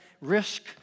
Risk